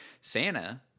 santa